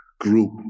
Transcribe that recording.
group